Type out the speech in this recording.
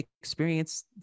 experience